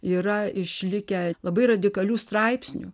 yra išlikę labai radikalių straipsnių